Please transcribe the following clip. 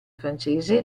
francese